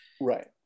Right